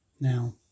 Now